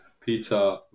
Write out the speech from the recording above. Peter